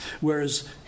Whereas